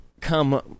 come